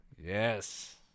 Yes